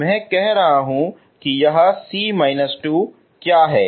मैं कह रहा हूं कि यह c−2 क्या है